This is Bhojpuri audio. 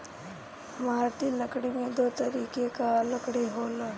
इमारती लकड़ी में दो तरीके कअ लकड़ी होला